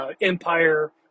Empire